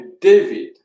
David